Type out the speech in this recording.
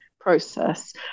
process